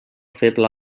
feble